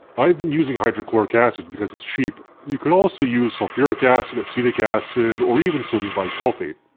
i've been using hydrochloric acid because its cheap. you can also use sulfuric acid, acetic acid, or even sodium bisulfate.